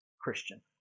Christian